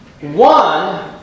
One